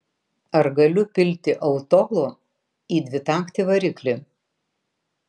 ar galiu pilti autolo į dvitaktį variklį